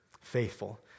faithful